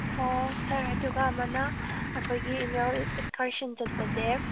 ꯑꯣ ꯁꯔ ꯑꯗꯨꯒ ꯑꯃꯅ ꯑꯩꯈꯣꯏꯒꯤ ꯑꯦꯟꯅꯨꯌꯦꯜ ꯁ꯭ꯀꯥꯔꯁꯟ ꯆꯠꯄꯁꯦ